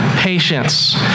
Patience